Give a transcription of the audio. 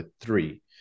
three